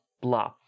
blah